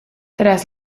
tras